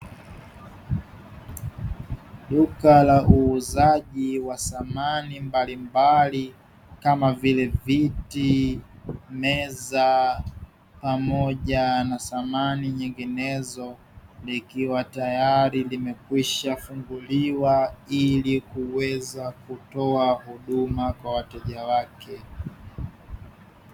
Duka la uuzaji wa samani mbalimbali kama vile: viti, meza pamoja na samani nyinginezo, likiwa tayari limekwishafunguliwa ili kuweza kutoa huduma kwa wateja wake.